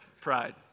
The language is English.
Pride